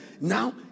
Now